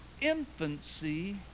infancy